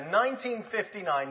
1959